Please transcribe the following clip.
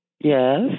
Yes